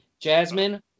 Jasmine